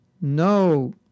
no